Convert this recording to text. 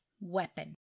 weapon